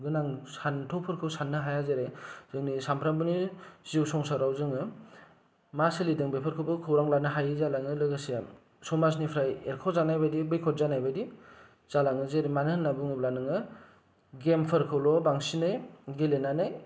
गोनां सानथौ फोरखौ साननो हाया जेरै जोंनि सानफ्रोमबोनि जिउ संसाराव जोङो मा सोलिदों बेफोरखौबो खौरां लानो हायै जालाङो लोगोसे समाजनि फ्राय एरख' जानाय बादि बैखद जानाय बादि जालाङो जेरै मानो होननानै बुङोब्ला नोङो गेमफोरखौल' बांसिनै गेलेनानै